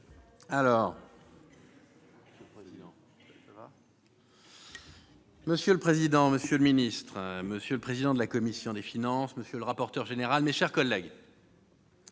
Monsieur le président, monsieur le secrétaire d'État, monsieur le président de la commission des finances, monsieur le rapporteur général, mes chers collègues,